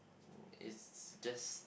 is just